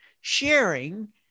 sharing